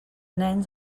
nens